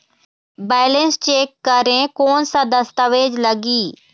Balance check करें कोन सा दस्तावेज लगी?